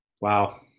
Wow